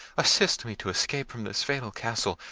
assist me to escape from this fatal castle,